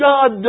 God